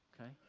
Okay